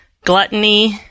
gluttony